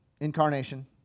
incarnation